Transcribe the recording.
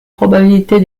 probabilités